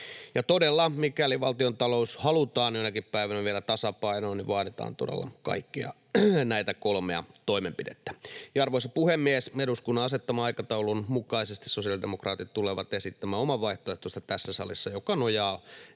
Ja mikäli valtiontalous halutaan jonakin päivänä vielä tasapainoon, vaaditaan todella kaikkia näitä kolmea toimenpidettä. Arvoisa puhemies! Eduskunnan asettaman aikataulun mukaisesti sosiaalidemokraatit tulevat esittämään tässä salissa oman